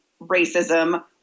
racism